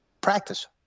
practice